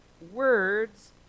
words